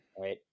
right